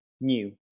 new